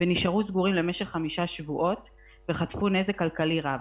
ונשארו סגורים למשך חמישה שבועות וחטפו נזק כלכלי רב.